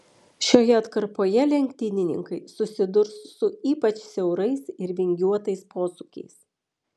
šioje atkarpoje lenktynininkai susidurs su ypač siaurais ir vingiuotais posūkiais